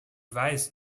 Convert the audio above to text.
weiß